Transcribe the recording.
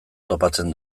topatzen